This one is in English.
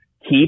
keep